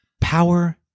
Power